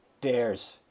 dares